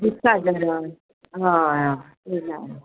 दुसरो आसलो हय हय